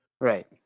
Right